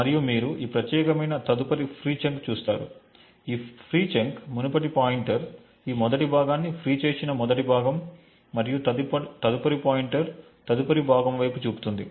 మరియు మీరు ఈ ప్రత్యేకమైన తదుపరి ఫ్రీ చంక్ చూస్తారు ఈ ఫ్రీ చంక్ మునుపటి పాయింటర్ ఈ మొదటి భాగాన్ని ఫ్రీ చేసిన మొదటి భాగం మరియు తదుపరి పాయింటర్ తదుపరి భాగం వైపు చూపుతుంది